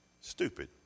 Stupid